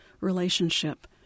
relationship